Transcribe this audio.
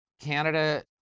Canada